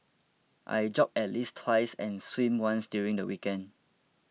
I jog at least twice and swim once during the weekend